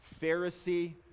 Pharisee